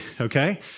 okay